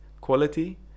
quality